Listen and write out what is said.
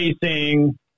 facing